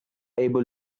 able